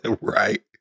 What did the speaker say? right